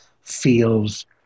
feels